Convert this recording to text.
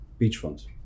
Beachfront